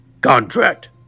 Contract